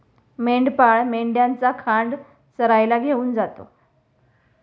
मेंढपाळ मेंढ्यांचा खांड चरायला घेऊन जातो